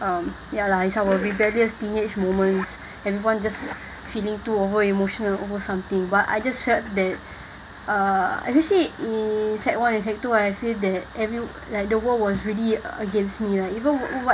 um ya lah it's our rebellious teenage moments everyone just feeling too over emotional over something but I just felt that uh especially in sec one and sec two I feel that every like the world was really against me lah even